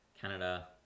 Canada